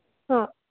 हाँ